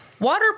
Water